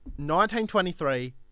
1923